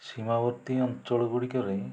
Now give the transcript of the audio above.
ସୀମାବର୍ତ୍ତୀ ଅଞ୍ଚଳ ଗୁଡ଼ିକରେ